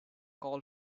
call